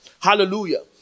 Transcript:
Hallelujah